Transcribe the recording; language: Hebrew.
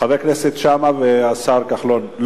חבר הכנסת שאמה והשר כחלון,